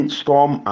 storm